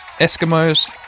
Eskimos